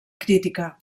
crítica